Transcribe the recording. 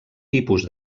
tipus